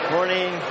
Morning